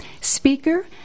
speaker